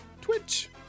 Twitch